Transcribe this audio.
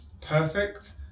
perfect